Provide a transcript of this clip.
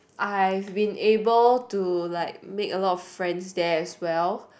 I've been able to like make a lot of friends there as well